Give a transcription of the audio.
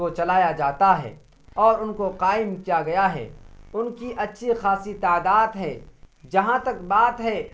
کو چلایا جاتا ہے اور ان کو قائم کیا گیا ہے ان کی اچھی خاصی تعدات ہے جہاں تک بات ہے